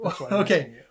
Okay